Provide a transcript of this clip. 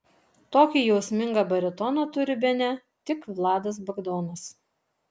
tokį jausmingą baritoną turi bene tik vladas bagdonas